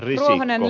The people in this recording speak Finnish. lihominen on